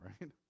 right